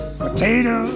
potato